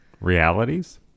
realities